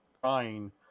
crying